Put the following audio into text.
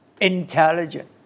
Intelligent